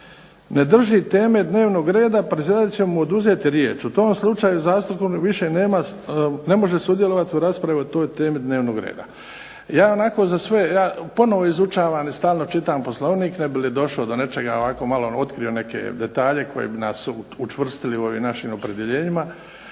ne drži teme dnevnog reda predsjedatelj će mu oduzeti riječ. U tom slučaju zastupnik više ne može sudjelovati u raspravi o toj temi dnevnog reda. Ja onako za sve, ja ponovno izučavam i stalno čitam Poslovnik ne bi li došao do nečega, ovako malo otkrio neke detalje koji bi nas učvrstili u ovim našim opredjeljenjima